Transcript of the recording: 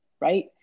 right